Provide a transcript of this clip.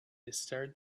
disturbed